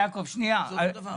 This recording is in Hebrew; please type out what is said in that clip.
אדם שיש לו הכנסה.